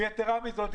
יתרה מזאת,